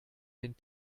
den